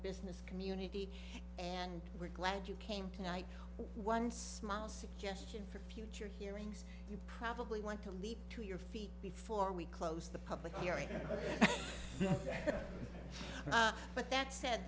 business community and we're glad you came tonight one smile suggestion for you're hearings you probably want to leap to your feet before we close the public hearing but that said